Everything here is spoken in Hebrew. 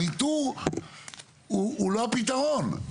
הניטור הוא לא הפתרון,